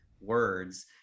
words